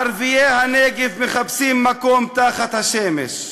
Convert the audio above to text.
ערביי הנגב מחפשים מקום תחת השמש.